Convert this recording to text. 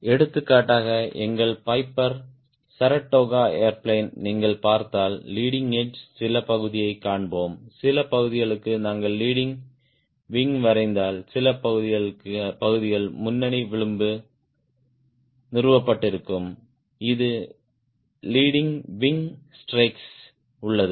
எடுத்துக்காட்டாக எங்கள் Piper Saratoga airplane நீங்கள் பார்த்தால் லீடிங் விங் சில பகுதியைக் காண்போம் சில பகுதிகளுக்கு நான் லீடிங் விங் வரைந்தால் சில பகுதிகள் முன்னணி விளிம்பில் நிறுவப்பட்டிருக்கும் இது லீடிங் விங் ஸ்ட்ரெக்ஸ் உள்ளது